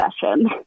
session